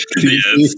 Yes